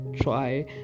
try